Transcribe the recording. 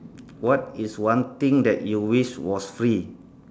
what is one thing that you wish was free